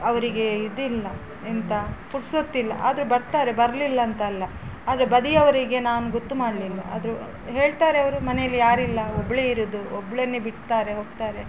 ಅವರಿಗೆ ಇದಿಲ್ಲ ಎಂತ ಪುರ್ಸೋತ್ತು ಇಲ್ಲ ಆದರು ಬರ್ತಾರೆ ಬರಲಿಲ್ಲ ಅಂತಲ್ಲ ಆದರೆ ಬದಿಯವರಿಗೆ ನಾನು ಗೊತ್ತು ಮಾಡಲಿಲ್ಲ ಆದರು ಹೇಳ್ತಾರೆ ಅವರು ಮನೆಯಲ್ಲಿ ಯಾರಿಲ್ಲ ಒಬ್ಬಳೆ ಇರೋದು ಒಬ್ಬಳನ್ನೆ ಬಿಡ್ತಾರೆ ಹೋಗ್ತಾರೆ